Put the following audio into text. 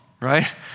right